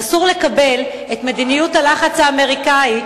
אסור לקבל את מדיניות הלחץ האמריקני,